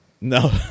no